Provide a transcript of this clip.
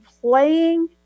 playing